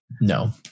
No